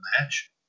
match